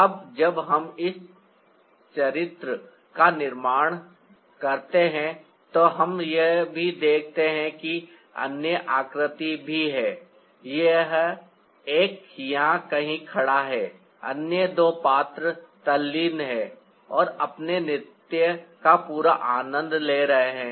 अब जब हम इस चरित्र का निर्माण करते हैं तो हम यह भी देखते हैं कि अन्य आकृति भी हैं एक यहाँ कहीं खड़ा है अन्य दो पात्र तल्लीन हैं और अपने नृत्य का पूरा आनंद ले रहे हैं